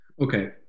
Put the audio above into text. Okay